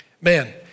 Man